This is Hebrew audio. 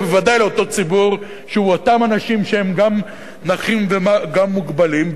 ובוודאי לאותו ציבור שאותם אנשים שהם גם נכים וגם מוגבלים,